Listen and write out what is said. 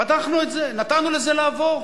פתחנו את זה, נתנו לזה לעבור.